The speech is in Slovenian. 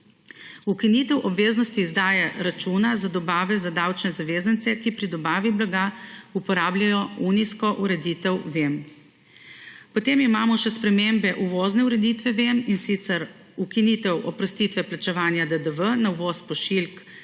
ukinitev obveznosti izdaje računa za dobave za davčne zavezance, ki pri dobavi blaga uporabljajo unijsko ureditev Vem. Potem imamo še spremembe uvozne ureditve Vem, in sicer ukinitev oprostitve plačevanja DDV na uvoz pošiljk v